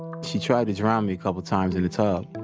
she tried to drown me a couple of times in the tub.